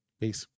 peace